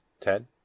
Ted